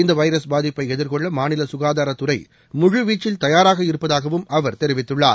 இந்த வைரஸ் பாதிப்பை எதிர்கொள்ள மாநில சுகாதாரத்துறை முழுவீச்சில் தயாராக இருப்பதாகவும் அவர் தெரிவித்துள்ளார்